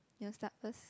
you want start first